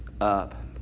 up